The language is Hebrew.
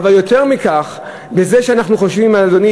אבל יותר מכך, בזה שאנחנו חושבים, אדוני